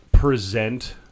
Present